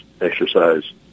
exercise